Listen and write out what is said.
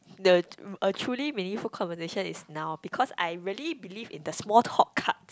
the a truly meaningful conversation is now because I really believe in the small talk card